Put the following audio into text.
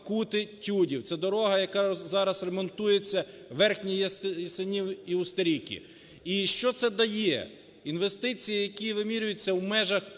Кути – Тюдів. Це дорога, яка зараз ремонтується, Верхній Ясенів і Устріки. І що це дає. Інвестиції, які вимірюються в межах